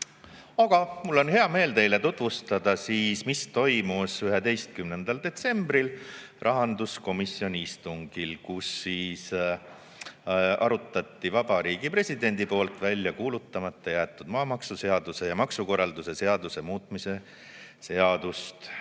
mul on hea meel teile tutvustada, mis toimus 11. detsembril rahanduskomisjoni istungil, kus arutati Vabariigi Presidendi poolt välja kuulutamata jäetud maamaksuseaduse ja maksukorralduse seaduse muutmise seadust,